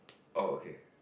oh okay